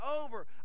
over